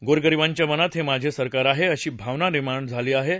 गोरगरिबांच्या मनात हे माझे सरकार आहे अशी भावना निर्माण झाली पाहिजे